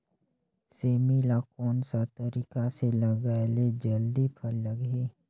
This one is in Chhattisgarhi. सेमी ला कोन सा तरीका से लगाय ले जल्दी फल लगही?